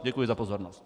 Děkuji za pozornost.